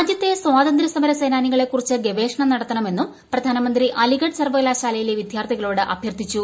രാജ്യത്തെ സ്വാതന്ത്യസമരസേനാനികളെക്കുറിച്ച് ഗവേഷണം നടത്തണമെന്നും പ്രധാനമന്ത്രി അലിഡഡ് സർവകലാശാലയിലെ വിദ്യാർത്ഥികളോട് അഭ്യർത്ഥിച്ചു